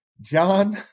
john